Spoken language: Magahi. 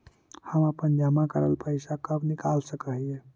हम अपन जमा करल पैसा कब निकाल सक हिय?